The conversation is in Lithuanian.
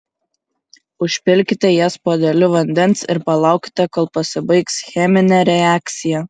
užpilkite jas puodeliu vandens ir palaukite kol pasibaigs cheminė reakcija